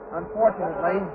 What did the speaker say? unfortunately